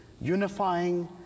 unifying